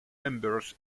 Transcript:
members